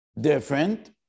different